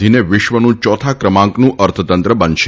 વધીને વિશ્વનું ચોથા ક્રમાંકનું અર્થતંત્ર બનશે